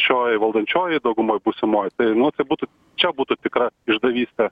šioj valdančiojoj daugumoj būsimoj nu tai būtų čia būtų tikra išdavystė